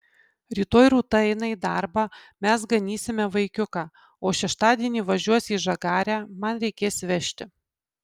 rytoj rūta eina į darbą mes ganysime vaikiuką o šeštadienį važiuos į žagarę man reikės vežti